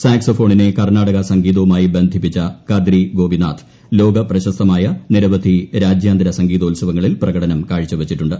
സാക്സോഫോണിനെ കർണ്ണാടക സംഗീതവുമായി ബന്ധിപ്പിച്ച കദ്രി ഗോപിനാഥ് ലോകപ്രശസ്തമായ നിരവധി രാജ്യാന്തര സംഗീതോത്സവങ്ങളിൽ പ്രകടനം കാഴ്ചവച്ചിട്ടുണ്ട്